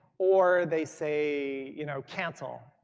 or they say you know cancel,